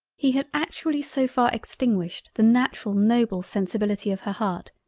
he had actually so far extinguished the natural noble sensibility of her heart,